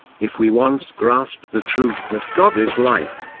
if we once grasp the truth that god is life,